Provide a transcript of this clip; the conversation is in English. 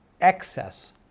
excess